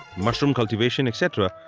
mushroom cultivation etc.